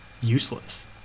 useless